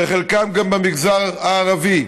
וחלקם גם במגזר הערבי.